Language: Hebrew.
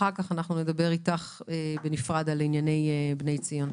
אחר כך נדבר בנפרד על עניני בני ציון.